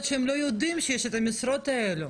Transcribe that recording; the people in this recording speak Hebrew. שהם לא יודעים שיש את המשרות האלה,